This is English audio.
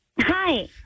Hi